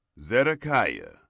zedekiah